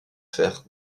fer